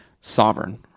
sovereign